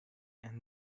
and